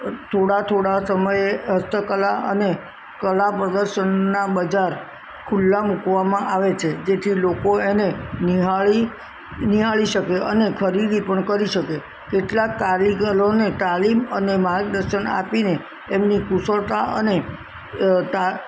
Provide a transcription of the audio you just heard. થોડા થોડા સમયે હસ્તકળા અને કળા પ્રદર્શનનાં બજાર ખુલ્લાં મૂકવામાં આવે છે જેથી લોકો એને નિહાળી નિહાળી શકે અને ખરીદી પણ કરી શકે કેટલાક કારીગરોને તાલીમ અને માર્ગદર્શન આપીને એમની કુશળતા અને તા